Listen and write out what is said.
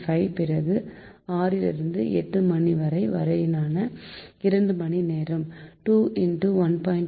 5 பிறகு 6 லிருந்து 8 மணி வரையான 2 மணி நேரம் 2 1